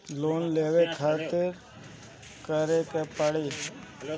Loan लेवे खातिर का करे के पड़ी?